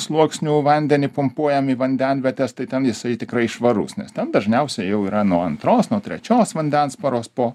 sluoksnių vandenį pumpuojam į vandenvietes tai ten jisai tikrai švarus nes ten dažniausiai jau yra nuo antros nuo trečios vandensparos po